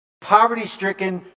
poverty-stricken